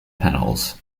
panels